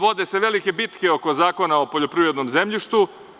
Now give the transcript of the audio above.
Vode se velike bitke oko Zakona o poljoprivrednom zemljištu.